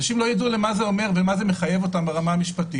אנשים לא ידעו מה זה אומר ומה זה מחייב אותם ברמה המשפטית,